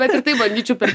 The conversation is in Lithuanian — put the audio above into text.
bet ir tai bandyčiau per